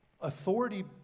Authority